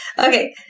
Okay